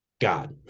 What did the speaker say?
God